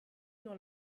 dans